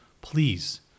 please